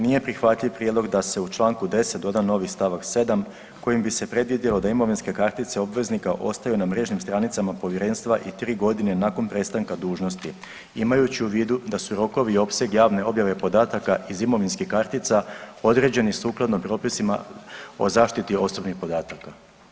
Nije prihvatljiv prijedlog da se u čl. 10. doda novi st. 7. kojim bi se predvidjelo da imovinske kartice obveznika ostaju na mrežnim stranicama povjerenstva i tri godine nakon prestanka dužnosti, imajući u vidu da su rokovi i opseg javne objave podataka iz imovinskih kartica određeni sukladno propisima o zaštiti osobnih podataka.